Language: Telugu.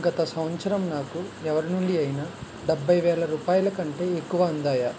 గత సంవత్సరం నాకు ఎవరి నుండి అయినా డెబ్బై వేల రూపాయల కంటే ఎక్కువ అందాయా